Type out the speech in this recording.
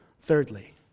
Thirdly